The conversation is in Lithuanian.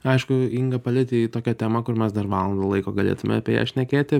aišku inga palietei tokią temą kur mes dar valandą laiko galėtume apie ją šnekėti